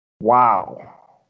Wow